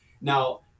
Now